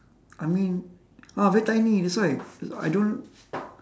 I mean ah very tiny that's why I don't